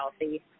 healthy